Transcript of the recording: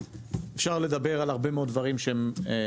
אפשר לדבר על הרבה מאוד דברים שנוגעים